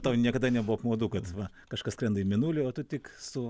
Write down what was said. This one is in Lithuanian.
tau niekada nebuvo apmaudu kad va kažkas skrenda į mėnulį o tu tik su